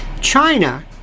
China